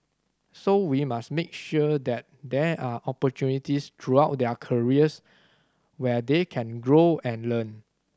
so we must make sure that there are opportunities throughout their careers where they can grow and learn